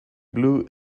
blue